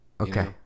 Okay